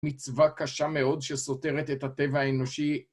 מצווה קשה מאוד שסותרת את הטבע האנושי.